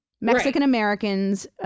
Mexican-Americans